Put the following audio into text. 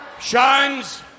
shines